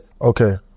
Okay